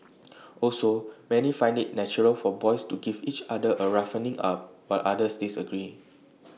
also many find IT natural for boys to give each other A roughening up while others disagree